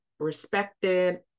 Respected